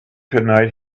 tonight